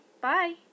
Bye